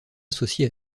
associé